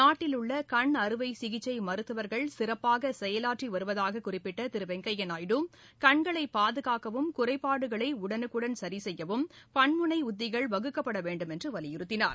நாட்டில் உள்ள கண் அறுவை சிகிச்சை மருத்துவர்கள் சிறப்பாக செயலாற்றி வருவதாக குறிப்பிட்ட திரு வெங்கைபா நாயுடு கண்களை பாதுகாக்கவும் குறைபாடுகளை உடனுக்குடன் சரி செய்யவும் பன்முனை உத்திகள் வகுக்கப்பட வேண்டும் என்று வலியுறுத்தினார்